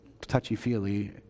touchy-feely